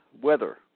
weather